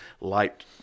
light